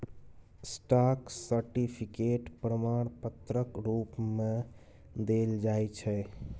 stock certificate प्रमाण पत्रक रुप मे देल जाइ छै